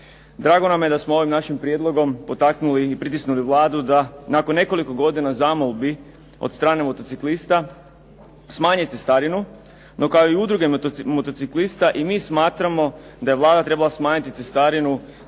Drago nam je da smo ovim našim prijedlogom potaknuli i pritisnuli Vladu da nakon nekoliko godina zamolbi od strane motociklista smanji cestarinu, no kao i udruge motociklista i mi smatramo da je Vlada trebala smanjiti cestarinu